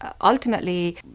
ultimately